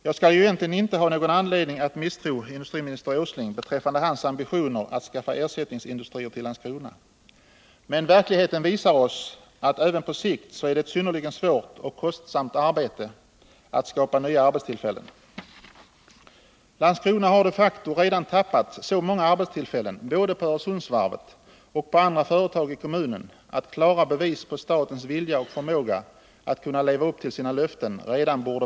Jag har ju egentligen inte någon anledning att misstro industriminister Åsling beträffande hans ambitioner att skaffa ersättningsindustrier till Landskrona. Men verkligheten visar oss att det även på sikt är synnerligen svårt och kostsamt att skapa nya arbetstillfällen. Landskrona har de facto redan tappat så många arbetstillfällen, både på Öresundsvarvet och på andra företag i kommunen, att det redan borde finnas klara bevis på statens vilja och förmåga att leva upp till sina löften.